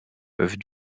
peuvent